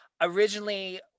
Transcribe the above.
Originally